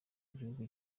igihugu